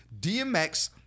DMX